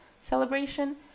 celebration